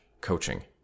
coaching